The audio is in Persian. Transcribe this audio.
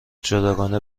جداگانه